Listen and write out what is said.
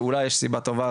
ואולי יש סיבה טובה,